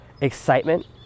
excitement